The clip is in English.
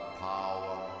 power